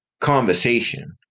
conversation